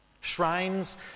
shrines